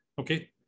Okay